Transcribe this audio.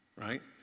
right